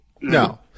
No